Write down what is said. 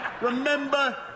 remember